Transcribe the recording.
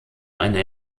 eine